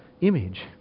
image